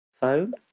Phone